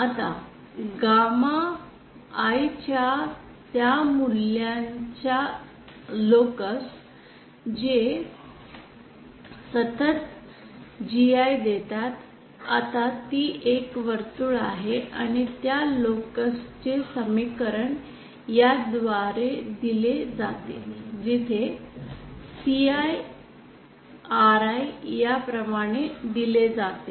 आता gamma I च्या त्या मूल्यांच्या लोकस जे सतत GI देतात आता ती एक वर्तुळ आहे आणि त्या लोकस चे समीकरण याचद्वारे दिले जाते जिथे Ci Ri या प्रमाणे दिले जाते